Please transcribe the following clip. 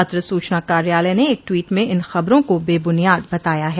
पत्र सूचना कार्यालय ने एक ट्वीट में इन खबरों को बेबुनियाद बताया है